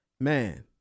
man